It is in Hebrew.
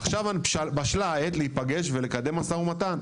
עכשיו, בשלה העת להיפגש ולקדם משא ומתן.